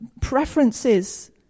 preferences